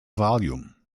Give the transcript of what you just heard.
volume